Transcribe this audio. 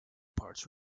parts